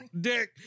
Dick